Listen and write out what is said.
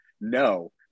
no